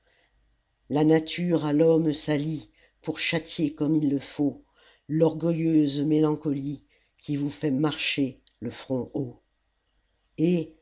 la nature à l'homme s'allie pour châtier comme il le faut l'orgueilleuse mélancolie qui vous fait marcher le front haut et